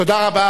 תודה רבה.